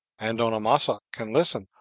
and don amasa can listen,